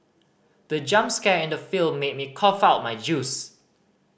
the jump scare in the film made me cough out my juice